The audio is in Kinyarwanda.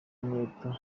inkweto